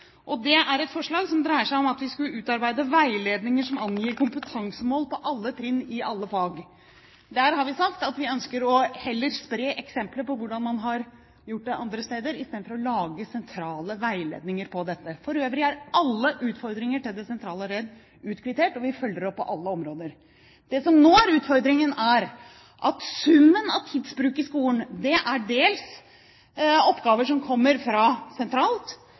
Det er et forslag som dreier seg om at vi skal utarbeide veiledninger som angir kompetansemål på alle trinn, i alle fag. Der har vi sagt at vi heller ønsker å spre eksempler på hvordan man har gjort det andre steder, istedenfor å lage sentrale veiledninger for dette. For øvrig er alle utfordringer til det sentrale ledd utkvittert, og vi følger opp på alle områder. Det som nå er utfordringen, er at summen av tidsbruk i skolen dels er oppgaver som kommer fra sentralt